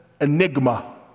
enigma